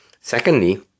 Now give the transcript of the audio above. Secondly